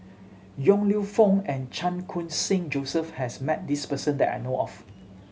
Yong Lew Foong and Chan Khun Sing Joseph has met this person that I know of